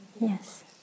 Yes